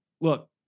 Look